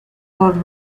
por